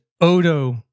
Odo